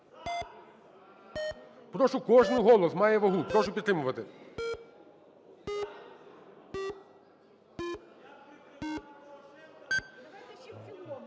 Прошу, кожен голос має вагу, прошу підтримувати.